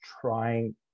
trying